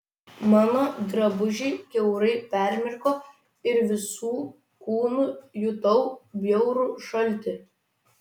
mano drabužiai kiaurai permirko ir visu kūnu jutau bjaurų šaltį